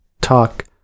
talk